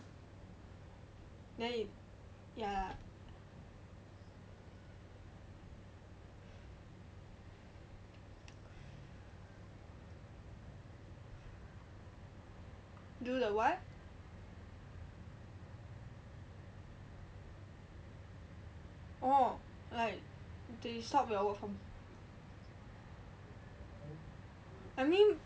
then it ya do the what oh like they stop your work from I mean